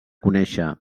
conèixer